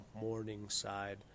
Morningside